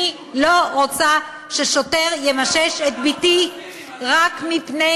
אני לא רוצה ששוטר ימשש את בתי רק מפני